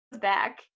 back